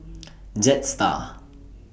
Jetstar